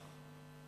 להצבעה.